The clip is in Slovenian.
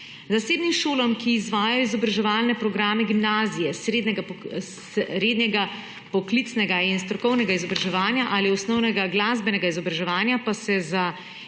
Zasebnim šolam, ki izvajajo izobraževalne programe gimnazije, srednjega poklicnega in strokovnega izobraževanja ali osnovnega glasbenega izobraževanja pa se za